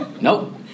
Nope